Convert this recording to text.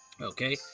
Okay